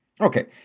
Okay